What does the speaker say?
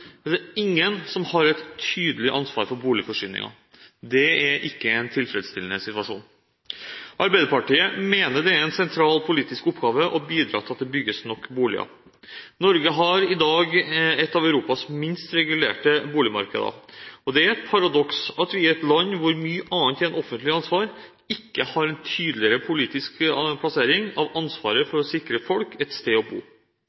er det ingen som har et tydelig ansvar for boligforsyningen. Det er ikke en tilfredsstillende situasjon. Arbeiderpartiet mener det er en sentral politisk oppgave å bidra til at det bygges nok boliger. Norge har i dag et av Europas minst regulerte boligmarkeder. Det er et paradoks at vi i et land, hvor mye annet er et offentlig ansvar, ikke har en tydeligere politisk plassering av ansvaret for å sikre folk et sted å bo.